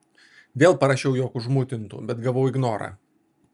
vėl parašiau jog užmutintu bet gavau ignorą